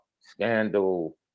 scandal